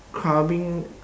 clubbing